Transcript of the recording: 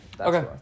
Okay